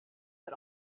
but